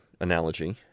analogy